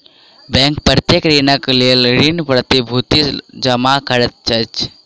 bank प्रत्येक ऋणक लेल ऋण प्रतिभूति जमा करैत अछि